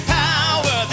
power